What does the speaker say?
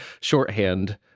shorthand